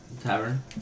tavern